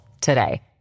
today